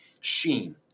sheen